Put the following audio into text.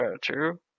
True